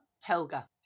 Helga